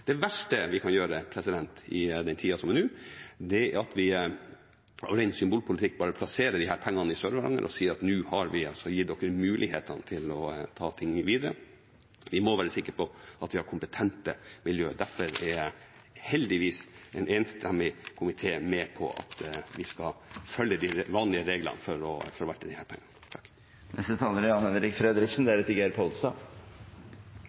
Det verste vi kan gjøre nå, er at vi som ren symbolpolitikk bare plasserer pengene i Sør-Varanger og sier at nå har vi gitt dere mulighetene til å ta ting videre. Vi må være sikre på at vi har kompetente miljø, og derfor er heldigvis en enstemmig komité med på at vi skal følge de vanlige reglene for å forvalte disse pengene. Jeg er